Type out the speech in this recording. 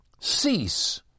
cease